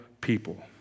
people